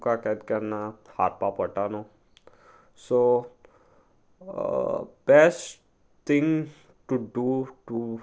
तुका केत केन्ना हारपा पडटा न्हू सो best thing to do two